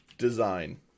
design